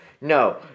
No